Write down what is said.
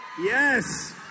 Yes